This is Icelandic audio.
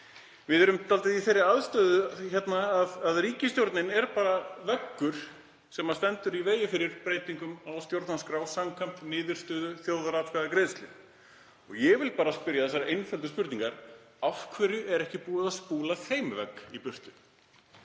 Við erum dálítið í þeirri aðstöðu að ríkisstjórnin er veggur sem stendur í vegi fyrir breytingum á stjórnarskrá samkvæmt niðurstöðu þjóðaratkvæðagreiðslu. Ég vil bara spyrja þessarar einföldu spurningar: Af hverju er ekki búið að spúla þeim vegg í burtu?